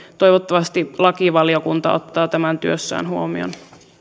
toivottavasti lakivaliokunta ottaa tämän työssään huomioon